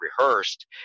rehearsed